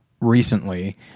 recently